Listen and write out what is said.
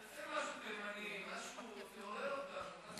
תעשה משהו תימני, תעורר אותנו.